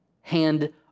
hand